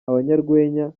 abanyarwenya